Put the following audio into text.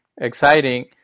exciting